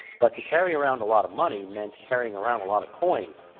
but to carry around a lot of money meant carrying around a lot of coins,